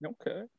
Okay